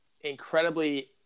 incredibly